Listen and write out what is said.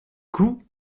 coût